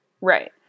Right